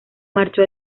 marchó